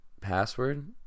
password